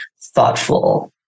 thoughtful